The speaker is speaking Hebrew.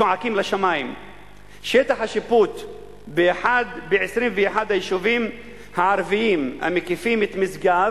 צועקים לשמים: שטח השיפוט ב-21 היישובים הערביים המקיפים את משגב